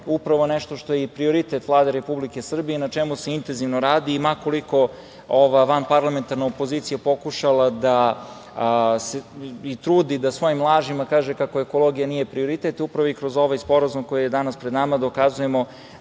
Upravo nešto što je i prioritet Vlade Republike Srbije, na čemu se intenzivno radi, ma koliko je ova vanparlamentarna opozicija pokušala i trudi da svojim lažima kaže kako ekologija nije prioritet upravo i kroz ovaj Sporazum koji je danas pred nama dokazujemo